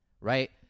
right